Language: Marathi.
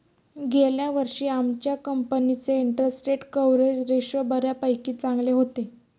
गेल्या वर्षी आमच्या कंपनीचे इंटरस्टेट कव्हरेज रेशो बऱ्यापैकी चांगले होते